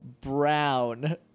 brown